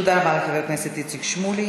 תודה רבה לחבר הכנסת איציק שמולי.